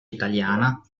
italiana